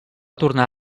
tornar